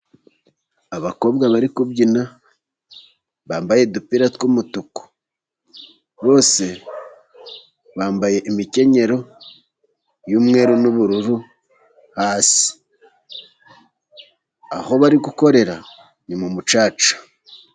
Abakobwa bari kubyina bambaye udupira tw'umutuku, bose bambaye imikenyero y'umweru n'ubururu hasi. Aho bari gukorera ni mu mucaca.